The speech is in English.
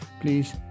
please